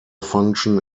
function